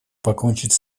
покончить